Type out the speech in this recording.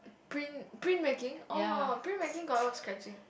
print print making orh print making got a lot of scratching